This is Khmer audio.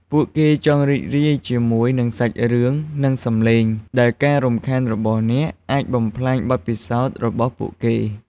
ពួកគេចង់រីករាយជាមួយនឹងសាច់រឿង និងសំឡេង ដែលការរំខានរបស់អ្នកអាចបំផ្លាញបទពិសោធន៍របស់ពួកគេ។